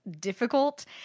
difficult